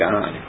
God